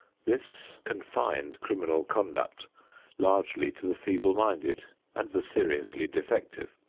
this confined criminal conduct largely to the feeble-minded and the seriously defective,